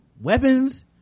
weapons